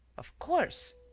of course.